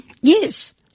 Yes